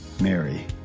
Mary